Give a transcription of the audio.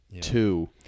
Two